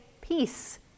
peace